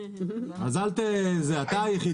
אז אל אתה היחידי.